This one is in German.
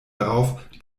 darauf